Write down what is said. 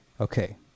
Okay